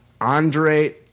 Andre